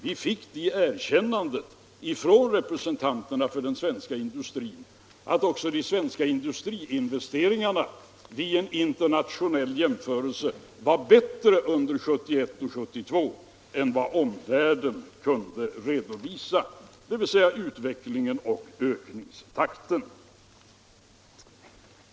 Vi fick det erkännandet från representanterna för industrin att också de svenska industriinvesteringarna vid en internationell jämförelse var bättre under 1971 och 1972 än vad omvärlden kunde redovisa — dvs. när det gällde utvecklingen och ökningstakten.